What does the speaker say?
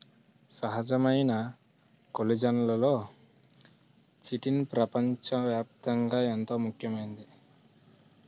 సహజమైన కొల్లిజన్లలో చిటిన్ పెపంచ వ్యాప్తంగా ఎంతో ముఖ్యమైంది